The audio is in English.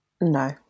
No